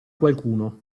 qualcuno